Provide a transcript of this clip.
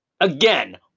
Again